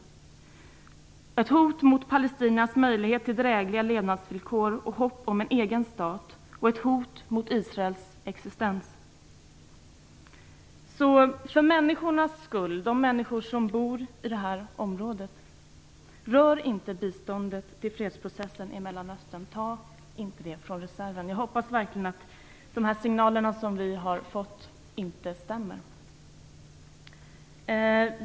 Det är ett hot mot palestiniernas möjligheter till drägliga levnadsvillkor och hopp om en egen stat och ett hot mot Israels existens. För människornas skull, de människor som bor i det här området, vill jag säga: Rör inte biståndet till fredsprocessen i Mellanöstern! Ta inte det från reserven! Jag hoppas verkligen att de signaler som vi fått inte stämmer.